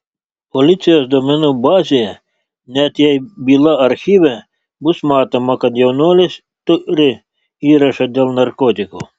policijos duomenų bazėje net jei byla archyve bus matoma kad jaunuolis turi įrašą dėl narkotikų